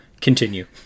continue